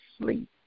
sleep